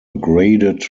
graded